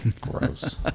gross